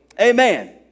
Amen